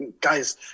guys